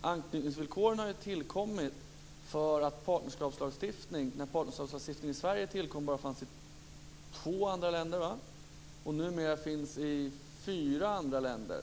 Anknytningsvillkoren har ju tillkommit på grund av partnerskapslagstiftningen. När partnerskapslagstiftningen tillkom i Sverige fanns den bara i, tror jag, två andra länder. Numera finns den i fyra andra länder.